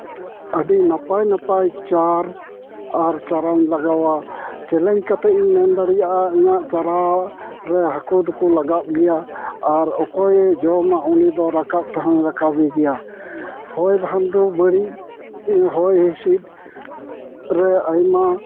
ᱟᱹᱰᱤ ᱱᱟᱯᱟᱭ ᱱᱟᱯᱟᱭ ᱪᱟᱨ ᱟᱨ ᱪᱟᱨᱟᱧ ᱞᱟᱜᱟᱣᱟ ᱪᱮᱞᱮᱡᱽ ᱠᱟᱛᱮᱫ ᱤᱧ ᱢᱮᱱ ᱫᱟᱲᱮᱭᱟᱜᱟ ᱤᱧᱟᱹᱜ ᱪᱟᱨᱟ ᱨᱮ ᱦᱟᱹᱠᱩ ᱫᱚᱠᱚ ᱞᱟᱜᱟᱜ ᱜᱮᱭᱟ ᱟᱨ ᱚᱠᱚᱭ ᱡᱚᱢᱟᱭ ᱩᱱᱤ ᱫᱚ ᱨᱟᱠᱟᱵ ᱛᱮᱦᱚᱸᱭ ᱨᱟᱠᱟᱵᱮ ᱜᱮᱭᱟ ᱦᱚᱭ ᱵᱷᱟᱱᱰᱳ ᱵᱟᱹᱲᱤᱡ ᱦᱚᱭ ᱦᱤᱸᱥᱤᱫ ᱨᱮ ᱟᱭᱢᱟ